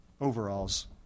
overalls